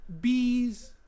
Bees